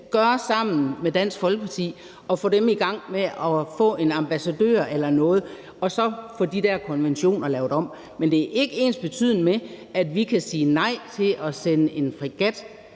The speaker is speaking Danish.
vi sammen med Dansk Folkeparti skal se at få dem i gang med at få en ambassadør eller noget og så få de der konventioner lavet om. Men det er ikke ensbetydende med, at vi kan sige nej til at sende en fregat